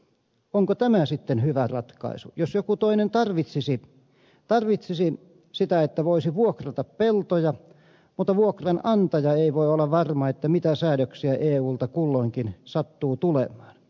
onko tämä sitten hyvä ratkaisu jos joku toinen tarvitsisi sitä että voisi vuokrata peltoja mutta vuokranantaja ei voi olla varma mitä säädöksiä eulta kulloinkin sattuu tulemaan